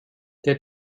der